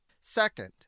Second